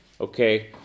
Okay